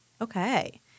Okay